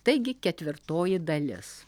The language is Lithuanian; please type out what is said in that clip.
taigi ketvirtoji dalis